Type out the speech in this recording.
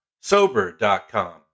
Sober.com